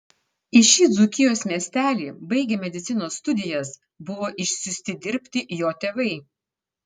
į šį dzūkijos miestelį baigę medicinos studijas buvo išsiųsti dirbti jo tėvai